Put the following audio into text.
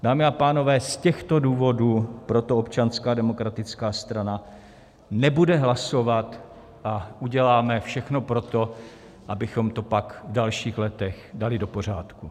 Dámy a pánové, z těchto důvodů Občanská demokratická strana nebude hlasovat a uděláme všechno pro to, abychom to pak v dalších letech dali do pořádku.